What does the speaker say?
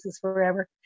forever